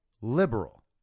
liberal